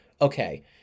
okay